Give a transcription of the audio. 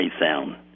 sound